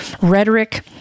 rhetoric